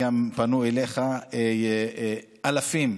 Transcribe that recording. וגם אליך פנו אלפים,